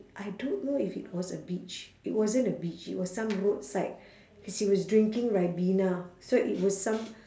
I don't know if it was a beach it wasn't a beach it was some roadside cause he was drinking ribena so it was some